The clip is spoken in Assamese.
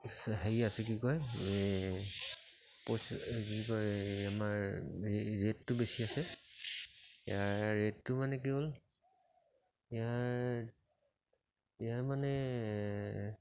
হেৰি আছে কি কয় এই পইচা কি কয় আমাৰ এই ৰেটটো বেছি আছে ইয়াৰ ৰেটটো মানে কি হ'ল ইয়াৰ ইয়াৰ মানে